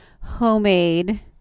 homemade